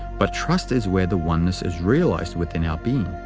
but trust is where the oneness is realized within our being.